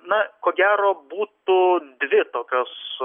na ko gero būtų dvi tokios